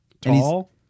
tall